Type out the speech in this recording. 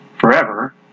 forever